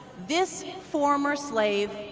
this former slave,